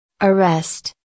Arrest